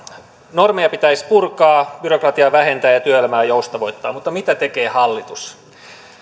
normeja pitäisi purkaa byrokratiaa vähentää ja työelämää joustavoittaa mutta mitä tekee hallitus